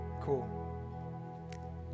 Cool